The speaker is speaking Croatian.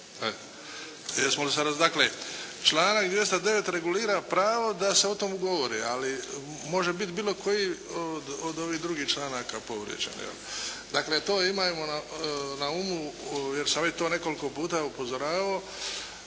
dakle članak 209. regulira pravo da se o tome govori. Ali može biti bilo koji od ovih drugih članaka povrijeđen. Dakle, to imajmo na umu, jer sam već to nekoliko puta upozoravao.